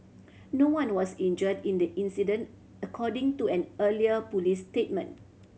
no one was injured in the incident according to an earlier police statement